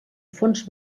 fons